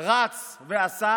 רץ ועשה,